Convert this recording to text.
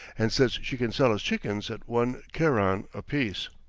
and says she can sell us chickens at one keran apiece.